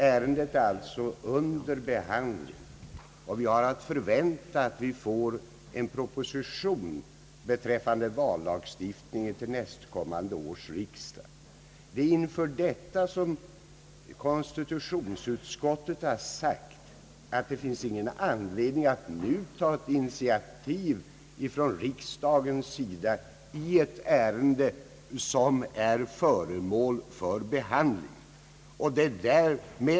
Ärendet är alltså under behandling, och vi har att förvänta att vi får en proposition beträffande vallagstiftningen till nästkommande års riksdag. Det är inför detta som konstitutionsutskottet har sagt att det inte finns någon anledning att nu ta ett initiativ från riksdagens sida i ett ärende som är föremål för behandling.